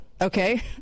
okay